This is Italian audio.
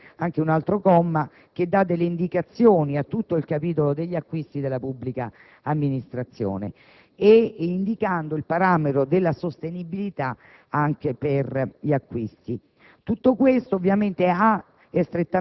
ma addirittura vi è anche un altro comma che dà delle indicazioni a tutto il capitolo degli acquisti della pubblica amministrazione, indicando il parametro della sostenibilità anche per gli acquisti.